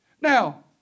Now